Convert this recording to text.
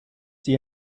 die